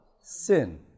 Sin